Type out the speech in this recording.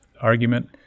argument